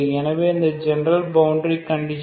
எனவே அந்த general boundary condition